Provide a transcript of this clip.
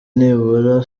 nibura